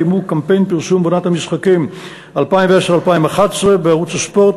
קיימו קמפיין פרסום בעונת המשחקים 2010 2011 בערוץ הספורט,